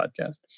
podcast